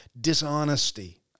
dishonesty